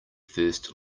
first